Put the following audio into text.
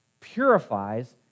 purifies